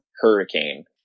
Hurricane